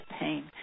pain